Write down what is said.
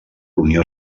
unió